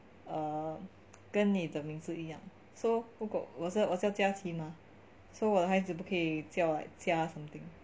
err 跟你的名字一样 so 如果我叫我叫家琪嘛我的孩子不可以叫 like 家 something